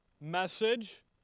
message